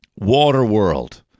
Waterworld